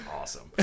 awesome